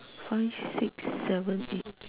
five six seven eight